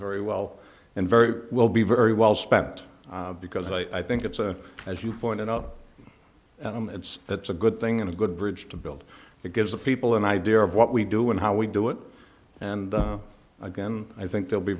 very well and very will be very well spent because i think it's a as you pointed out that's a good thing and a good bridge to build it gives the people an idea of what we do and how we do it and again i think they'll be